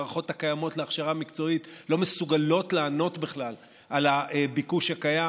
המערכות הקיימות להכשרה מקצועית לא מסוגלות לענות בכלל על הביקוש הקיים,